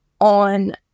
on